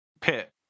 pit